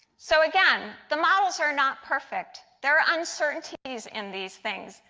so again, the models are not perfect. there are uncertainties in these things.